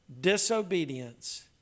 disobedience